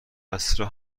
عصرا